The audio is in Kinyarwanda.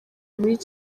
muri